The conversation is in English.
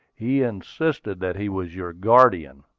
he insisted that he was your guardian.